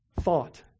Thought